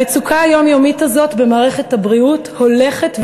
המצוקה היומיומית הזאת במערכת הבריאות הולכת ומתגברת,